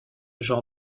genre